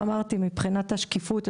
מבחינת השקיפות,